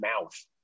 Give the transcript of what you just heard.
mouth